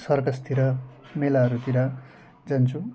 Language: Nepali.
सर्कसतिर मेलाहरूतिर जान्छौँ